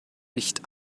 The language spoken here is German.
nicht